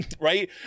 Right